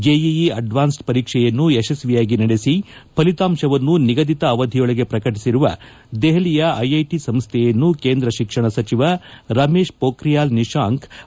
JEE advanced ಪರೀಕ್ಷೆಯನ್ನು ಯಶಸ್ವಿಯಾಗಿ ನಡೆಸಿ ಫಲಿತಾಂಶವನ್ನು ನಿಗದಿತ ಅವಧಿಯೊಳಗೆ ಪ್ರಕಟಿಸಿರುವ ದೆಹಲಿಯ ಐಐಟಿ ಸಂಸ್ವೆಯನ್ನು ಕೇಂದ್ರ ಶಿಕ್ಷಣ ಸಚಿವ ರಮೇಶ್ ಪೋಖ್ರಿಯಾಲ್ ನಿಶಾಂಕ್ ಅಭಿನಂದಿಸಿದ್ದಾರೆ